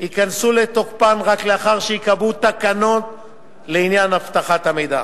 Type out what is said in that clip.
ייכנסו לתוקפן רק לאחר שייקבעו תקנות לעניין אבטחת המידע.